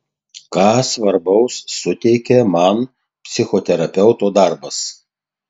ką svarbaus suteikia man psichoterapeuto darbas